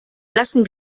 lassen